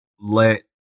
let